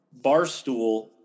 Barstool